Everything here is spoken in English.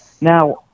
Now